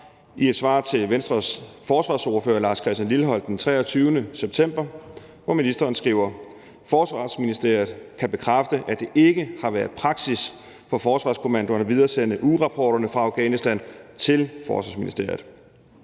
I et svar til Venstres forsvarsordfører, hr. Lars Christian Lilleholt, den 23. september skriver ministeren: Forsvarsministeriet kan bekræfte, at det ikke har været praksis for Forsvarskommandoen at videresende ugerapporterne fra Afghanistan til Forsvarsministeriet.